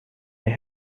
they